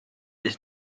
this